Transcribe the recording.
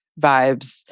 Vibes